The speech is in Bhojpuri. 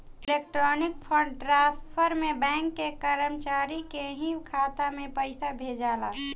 इलेक्ट्रॉनिक फंड ट्रांसफर में बैंक के कर्मचारी के ही खाता में पइसा भेजाला